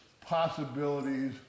possibilities